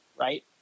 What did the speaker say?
Right